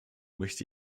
möchte